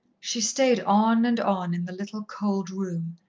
she stayed on and on in the little cold room,